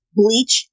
bleach